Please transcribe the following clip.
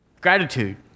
gratitude